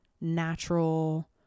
natural